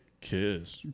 Kiss